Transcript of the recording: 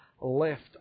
left